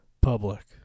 public